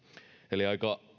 eli aika